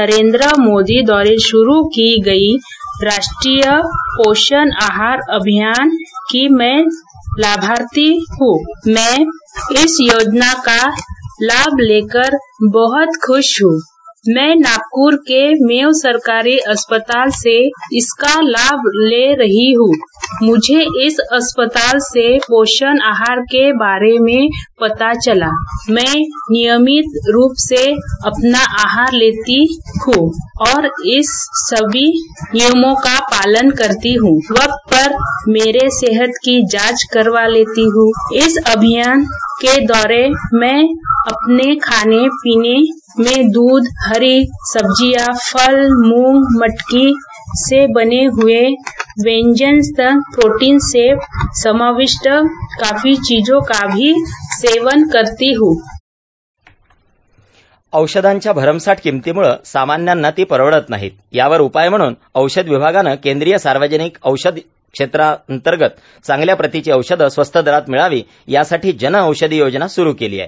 नरेंद्र मोदी द्वारा शुरू की गई राष्ट्रीय पोषण आहार अभियान की मैं लाभार्थी है मैं इस योजना का लाभ लेकर बहोत ख्रश हूँ मैं नागपूर के मेयो सरकारी अस्पताल से इसका लाभ ले रही हूँ मुझे इस अस्पताल में पोषण आहार के बारे में पता चला मुझे इसके बारे में सलाह भी मिली मै नियमित रूप से अपना आहार लेती हूँ और सभी नियमों का पालन करती हूँ वक्त पर मेटे सेहत की जॉँच करवा के लेती हूँ इस अभियान के द्वारा मैं अपने खाने पीने में दूध हरी सब्जियॉं फल मुंग मटकी से बनाये हुए व्यंजन तथा प्रोटिन से समाविष्ट काफी चीजों का भी सेवन करती हूँ औषधांच्या भरमसाठ किंमतीमुळं सामन्यांना ती परवडत नाहीत यावर उपाय म्हणून औषध विभागानं केंद्रीय सार्वजनिक औषध क्षेत्रांतर्गत चांगल्या प्रतीची औषधं स्वस्त दरात मिळावी यासाठी जन औषधी योजना सुरू केली आहे